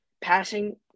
Passing